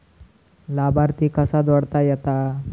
लाभार्थी कसा जोडता येता?